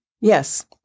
Yes